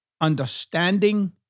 understanding